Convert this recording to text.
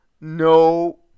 no